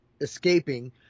escaping